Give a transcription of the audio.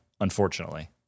unfortunately